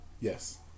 Yes